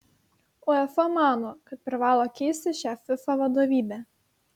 uefa mano kad privalo keisti šią fifa vadovybę